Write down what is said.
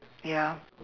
ya